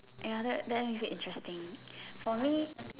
ya that that makes it interesting